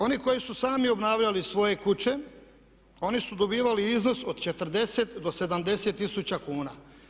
Oni koji su sami obnavljali svoje kuće oni su dobivali iznos od 40 do 70 tisuća kuna.